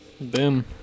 Boom